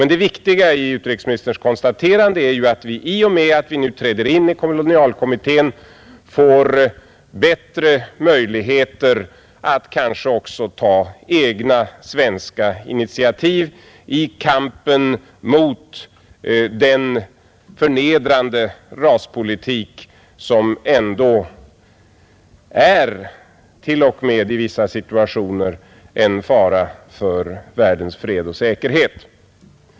Men det viktiga i utrikesministerns konstaterande är att vi i och med att vi träder in i kolonialkommittén får bättre möjligheter att också ta egna initiativ i kampen mot den förnedrande raspolitik som i vissa situationer t.o.m. är en fara för världens fred och säkerhet.